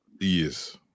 Yes